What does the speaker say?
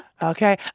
Okay